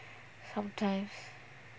sometimes